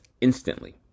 instantly